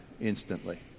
instantly